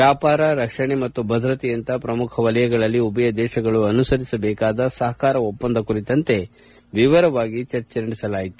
ವ್ಯಾಪಾರ ರಕ್ಷಣಾ ಮತ್ತು ಭದ್ರತೆಯಂತಹ ಪ್ರಮುಖ ಕ್ಷೇತ್ರಗಳಲ್ಲಿ ಉಭಯ ದೇಶಗಳು ಅನುಸರಿಸಬೇಕಾದ ಸಹಕಾರ ಒಪ್ಸಂದ ಕುರಿತಂತೆ ವಿವರವಾಗಿ ಚರ್ಚೆ ನಡೆಸಿದರು